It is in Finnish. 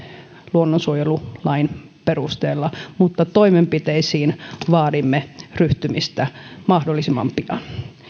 luonnonsuojelulain perusteella toimenpiteisiin ryhtymistä vaadimme mahdollisimman pian